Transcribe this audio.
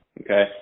Okay